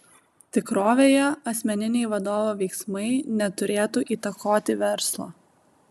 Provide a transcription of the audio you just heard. tikrovėje asmeniniai vadovo veiksmai neturėtų įtakoti verslo